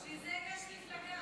בשביל זה יש מפלגה.